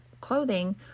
clothing